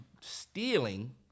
stealing